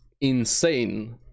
insane